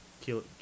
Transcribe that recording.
kill